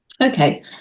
Okay